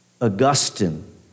Augustine